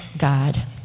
God